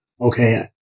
okay